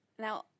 Now